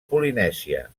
polinèsia